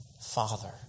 Father